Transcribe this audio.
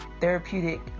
therapeutic